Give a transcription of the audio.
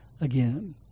again